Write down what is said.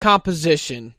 composition